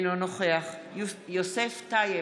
אינו נוכח יוסף טייב,